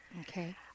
Okay